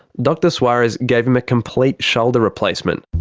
dr soares gave him a complete shoulder replacement.